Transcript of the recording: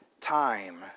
time